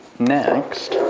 next,